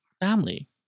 family